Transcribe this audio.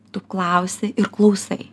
tu klausi ir klausai